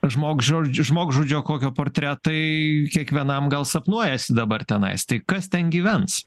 žmogžudžiu žmogžudžio kokio portretai kiekvienam gal sapnuojasi dabar tenai tai kas ten gyvens